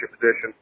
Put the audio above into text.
position